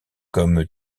comme